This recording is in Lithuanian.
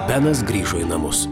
benas grįžo į namus